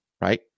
Right